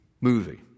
movie